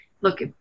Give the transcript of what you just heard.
look